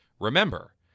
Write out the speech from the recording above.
remember